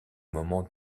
moment